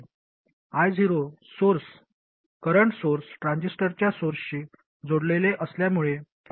I0 source current source ट्रान्झिस्टरच्या सोर्सशी जोडलेले असल्यामुळे हे घडते